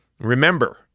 Remember